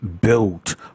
built